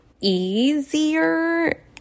easier